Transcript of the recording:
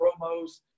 promos